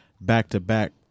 back-to-back